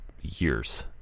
years